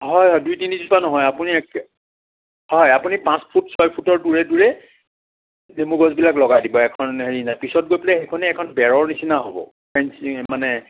দুই তিনিজোপা নহয় আপুনি একেবাৰে আপুনি পাঁচ ফুট ছয় ফুটৰ দূৰে দূৰে নেমু গছবিলাক লগাই দিব এখন পিছত গৈ পেলাই দেইখনে এখন বেৰৰ নিচিনা হ'ব মানে